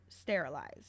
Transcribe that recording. sterilized